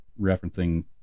referencing